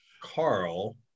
Carl